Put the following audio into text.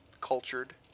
cultured